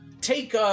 Take